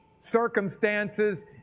circumstances